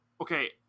okay